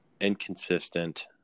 inconsistent